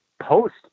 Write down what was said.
post